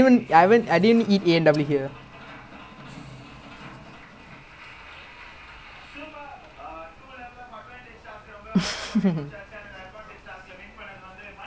then and like that day also A&W is crowded like we were thinking between A&W or at the end we went Four Fingers lah but legit we could have gone McDonald's lah to be honest we would have if not like for Four Fingers